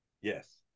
Yes